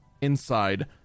Inside